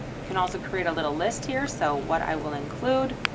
you can also create a little list here. so what i will include,